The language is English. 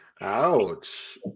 Ouch